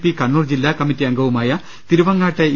P Kannur ജില്ലാ കമ്മറ്റിയംഗവുമായ തിരുവങ്ങാട്ടെ ഇ